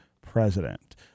president